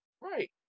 Right